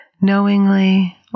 knowingly